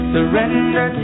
Surrender